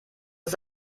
ist